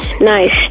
nice